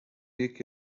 یکی